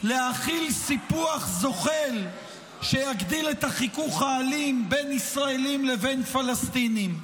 להחיל סיפוח זוחל שיגדיל את החיכוך האלים בין ישראלים לבין פלסטינים.